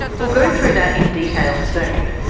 we'll go through that in detail soon.